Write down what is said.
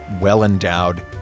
well-endowed